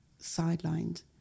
sidelined